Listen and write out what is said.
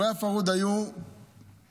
אירועי הפרהוד היו בעיראק,